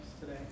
today